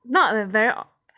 not err very long